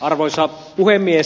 arvoisa puhemies